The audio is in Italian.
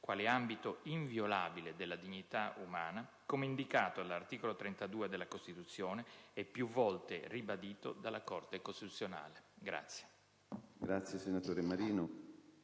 quale ambito inviolabile della dignità umana, come indicato all'articolo 32 della Costituzione e più volte ribadito dalla Corte costituzionale. **Saluto ad una rappresentanza